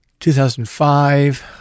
2005